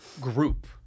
group